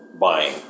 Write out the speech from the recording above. buying